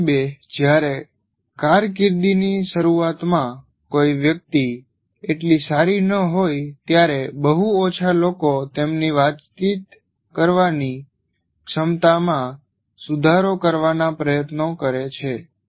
કમનસીબે જ્યારે કારકિર્દીની શરૂઆતમાં કોઈ વ્યક્તિ એટલી સારી ન હોય ત્યારે બહુ ઓછા લોકો તેમની વાતચીત કરવાની ક્ષમતામાં સુધારો કરવાના પ્રયત્નો કરે છે